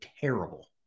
terrible